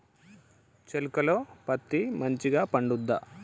చేలుక లో పత్తి మంచిగా పండుద్దా?